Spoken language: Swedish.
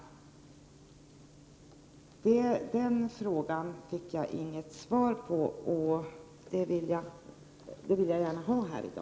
Jag fick inget svar på den frågan, men det vill jag gärna ha.